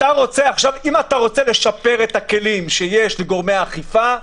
אם אתה רוצה לשפר את הכלים שיש לגורמי האכיפה,